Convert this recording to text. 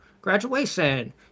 graduation